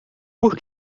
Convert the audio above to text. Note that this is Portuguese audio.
por